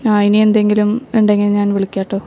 ആ ഇനി എന്തെങ്കിലും ഉണ്ടെങ്കിൽ ഞാൻ വിളിക്കാട്ടോ